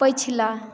पछिला